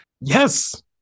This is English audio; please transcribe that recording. yes